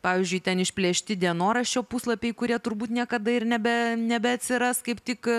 pavyzdžiui ten išplėšti dienoraščio puslapiai kurie turbūt niekada ir nebe nebeatsiras kaip tik